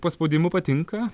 paspaudimų patinka